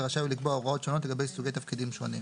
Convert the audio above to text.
ורשאי הוא לקבוע הוראות שונות לגבי סוגי תפקידים שונים.